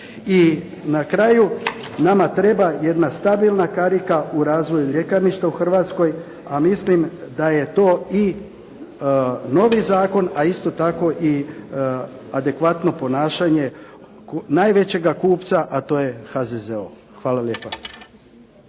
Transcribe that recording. na kraju, nama treba jedna stabilna karika u razvoju ljekarništva u Hrvatskoj a mislim da je to i novi zakon a isto tako i adekvatno ponašanje najvećega kupca a to je HZZO. Hvala lijepa.